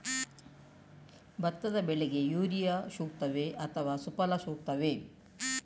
ಭತ್ತದ ಬೆಳೆಗೆ ಯೂರಿಯಾ ಸೂಕ್ತವೇ ಅಥವಾ ಸುಫಲ ಸೂಕ್ತವೇ?